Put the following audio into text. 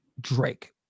Drake